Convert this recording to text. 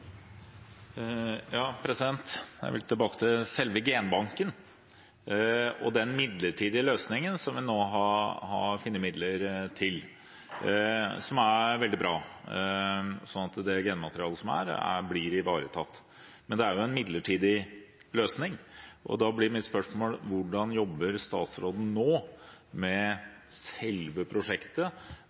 Jeg vil tilbake til selve genbanken og den midlertidige løsningen som vi nå har funnet midler til, som er veldig bra, slik at det genmaterialet som er, blir ivaretatt. Men det er jo en midlertidig løsning, og da blir mitt spørsmål: Hvordan jobber statsråden nå med selve prosjektet